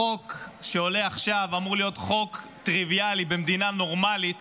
החוק שעולה עכשיו אמור להיות חוק טריוויאלי במדינה נורמלית